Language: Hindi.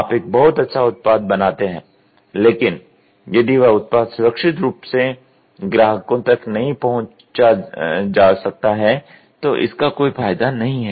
आप एक बहुत अच्छा उत्पाद बनाते हैं लेकिन यदि वह उत्पाद सुरक्षित रूप में ग्राहक तक नहीं पहुँचाया जा सकता है तो इसका कोई फायदा नहीं है